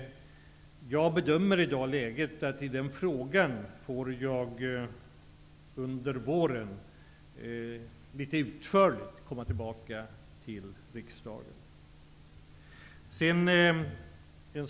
Jag bedömer det i dag så, att jag under våren litet utförligt får komma tillbaka till riksdagen i den frågan.